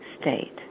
state